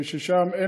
ששם,